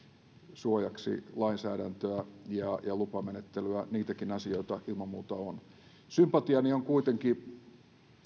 suojaksi lainsäädäntöä ja ja lupamenettelyä niitäkin asioita ilman muuta on sympatiani on kuitenkin